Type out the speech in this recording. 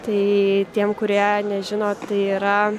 tai tiem kurie nežino tai yra